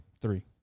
three